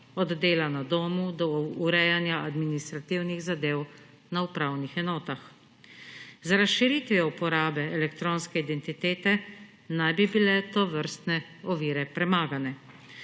od dela na domu do urejanja administrativnih zadev na upravnih enotah. Z razširitvijo uporabe elektronske identitete naj bi bile tovrstne ovire premagane.